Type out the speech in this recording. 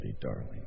darling